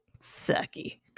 sucky